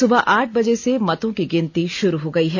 सुबह आठ बजे से मतों की गिनती शुरू हो गई है